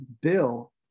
bill